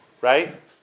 right